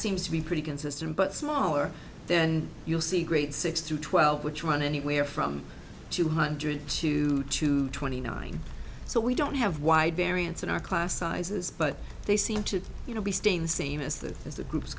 seems to be pretty consistent but smaller then you'll see great six through twelve which run anywhere from two hundred two to twenty nine so we don't have wide variance in our class sizes but they seem to be staying the same is that as the groups